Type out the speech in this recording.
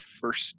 first